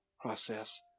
process